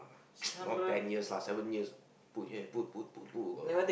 not ten years lah seven years put here put put put put